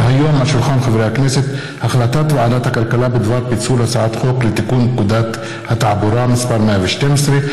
הצעת ועדת הכלכלה בדבר פיצול הצעת חוק לתיקון פקודת התעבורה (מס' 112),